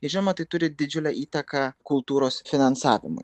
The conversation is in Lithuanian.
žinoma tai turi didžiulę įtaką kultūros finansavimui